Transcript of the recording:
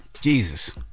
Jesus